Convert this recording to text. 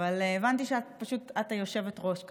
אבל הבנתי שפשוט את היושבת-ראש כרגע,